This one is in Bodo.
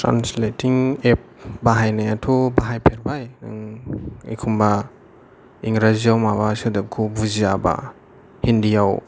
ट्रानस्लेतिं एप बाहायनायाथ' बाहायफेरबाय ओम एखमबा इंराजिआव माबा सोदोबखौ बुजियाबा हिन्दिआव